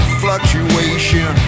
fluctuation